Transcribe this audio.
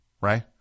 Right